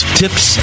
tips